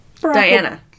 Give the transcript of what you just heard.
Diana